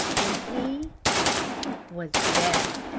and he was dead.